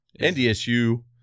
NDSU